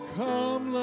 come